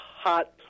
hot